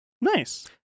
Nice